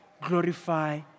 glorify